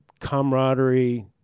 camaraderie